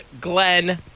Glenn